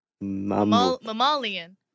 Mammalian